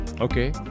okay